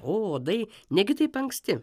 o uodai negi taip anksti